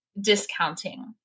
discounting